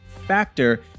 Factor